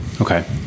Okay